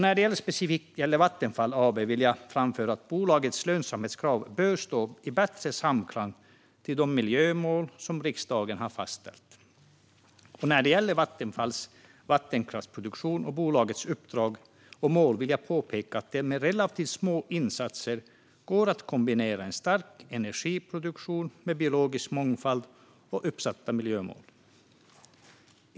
När det gäller specifikt Vattenfall AB vill jag framföra att bolagets lönsamhetskrav bör stå i bättre samklang med de miljömål som riksdagen har fastställt. När det gäller Vattenfalls vattenkraftsproduktion och bolagets uppdrag och mål vill jag påpeka att det med relativt små insatser går att kombinera en stark energiproduktion med biologisk mångfald och uppsatta miljömål.